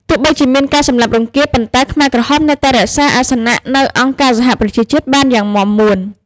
ទោះបីជាមានការសម្លាប់រង្គាល ប៉ុន្តែខ្មែរក្រហមនៅតែរក្សាអាសនៈនៅអង្គការសហប្រជាជាតិបានយ៉ាងមាំមួន។